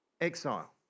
exile